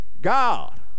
God